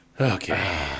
Okay